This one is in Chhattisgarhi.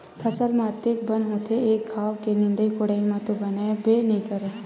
फसल म अतेक बन होथे के एक घांव के निंदई कोड़ई म तो बनबे नइ करय